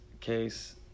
case